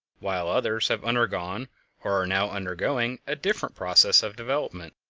while others have undergone, or are now undergoing, a different process of development.